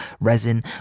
resin